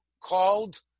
called